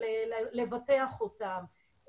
לבטח אותם,